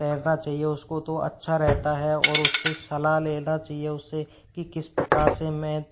तैरना चाहिए उसको तो अच्छा रहता है और उस से सलाह लेना चाहिए उसे से कि किस प्रकार से मैं